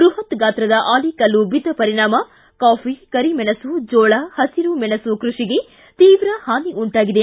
ಬೃಹತ್ ಗಾತ್ರದ ಆಲಿಕಲ್ಲು ಬಿದ್ದ ಪರಿಣಾಮ ಕಾಫಿ ಕರಿಮೆಣಸು ಜೋಳ ಹಸಿರು ಮೆಣಸು ಕೃಷಿಗೆ ತೀವ್ರ ಹಾನಿ ಉಂಟಾಗಿದೆ